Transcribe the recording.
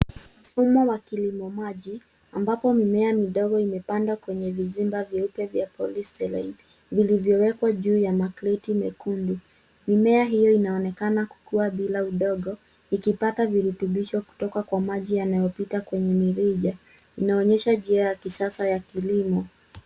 Mfumo wa kilimo maji ambapo mimea midogo imepandwa kwenye vizimba vyeupe vya polysterene vilivyowekwa juu ya makreti mekundu. Mimea hio inaonekana kukua bila udongo ikipata virutubisho kutoka kwa maji yanayopita kwenye mirija. Inaonyesha njia ya kisasa kwenye kilimo.